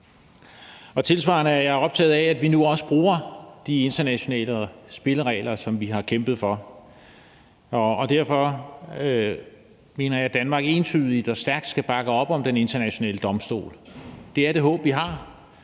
Tilsvarende er jeg optaget af, at vi nu også bruger de internationale spilleregler, som vi har kæmpet for. Derfor mener jeg, at Danmark entydigt og stærkt skal bakke op om Den Internationale Domstol. Det er det håb, vi har.